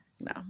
No